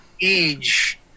age